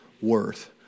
worth